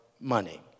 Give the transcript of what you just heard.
money